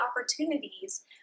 opportunities